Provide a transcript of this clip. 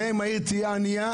גם אם העיר תהיה ענייה,